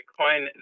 Bitcoin